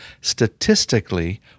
statistically